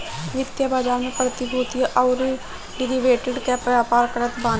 वित्तीय बाजार में प्रतिभूतियों अउरी डेरिवेटिव कअ व्यापार करत बाने